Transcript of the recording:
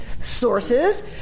sources